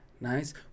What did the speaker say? Nice